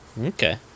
okay